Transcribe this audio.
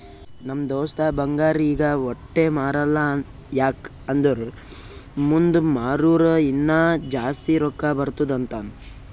ನಮ್ ದೋಸ್ತ ಬಂಗಾರ್ ಈಗ ವಟ್ಟೆ ಮಾರಲ್ಲ ಯಾಕ್ ಅಂದುರ್ ಮುಂದ್ ಮಾರೂರ ಇನ್ನಾ ಜಾಸ್ತಿ ರೊಕ್ಕಾ ಬರ್ತುದ್ ಅಂತಾನ್